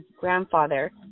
grandfather